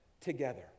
together